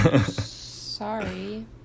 Sorry